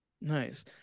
nice